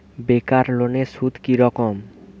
বেকার লোনের সুদ কি রকম?